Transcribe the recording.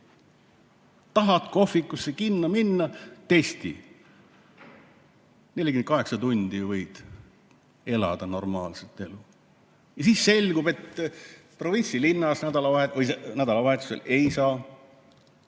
Tahad kohvikusse või kinno minna – testi! 48 tundi võid elada normaalset elu. Siis selgub, et provintsilinnas nädalavahetusel ei saa